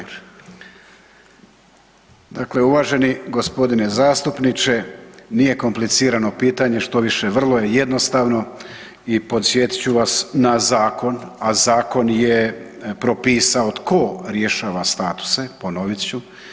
Dakle, uvaženi g. zastupniče, nije komplicirano pitanje, štoviše, vrlo je jednostavno i podsjetit ću vas na zakon a zakon je propisao tko rješava statuse, ponovit ću.